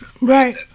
Right